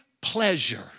pleasure